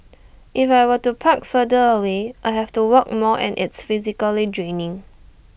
if I were to park further away I have to walk more and it's physically draining